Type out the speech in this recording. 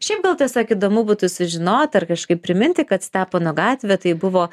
šiaip gal tiesiog įdomu būtų sužinot ar kažkaip priminti kad stepono gatvė tai buvo